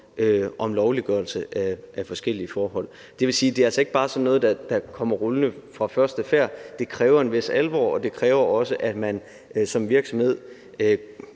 om lovliggørelse af forskellige forhold. Det vil sige, at det altså ikke er noget, der bare kommer rullende fra første færd. Det kræver en vis alvor, og det kræver også, at man som virksomhed